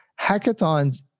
Hackathons